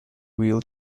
wheel